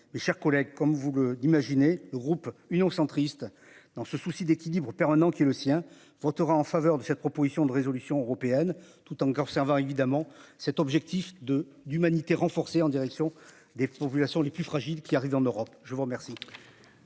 mes chers collègues. Comme vous le d'imaginer. Groupe Union centriste dans ce souci d'équilibre, opère un an qui est le sien votera en faveur de cette proposition de résolution européenne tout encore évidemment cet objectif de d'humanité renforcée en direction des populations les plus fragiles qui arrive en Europe. Je vous remercie.